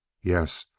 yes.